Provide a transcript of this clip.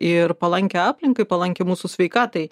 ir palankią aplinkai palankią mūsų sveikatai